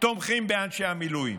תומכים באנשי המילואים,